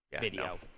video